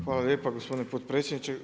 Hvala lijepa gospodine potpredsjedniče.